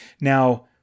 Now